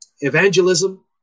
evangelism